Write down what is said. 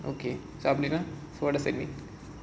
okay அப்டினா:apdinaa what does that mean